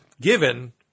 given